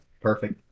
Perfect